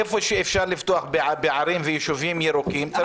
איפה שאפשר לפתוח בערים ויישובים יהודים צריך לפתוח.